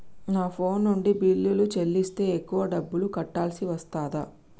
నా ఫోన్ నుండి బిల్లులు చెల్లిస్తే ఎక్కువ డబ్బులు కట్టాల్సి వస్తదా?